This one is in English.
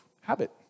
habit